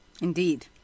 Indeed